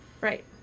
right